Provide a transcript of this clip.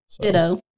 Ditto